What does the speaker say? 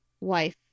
wife